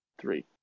Three